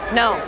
no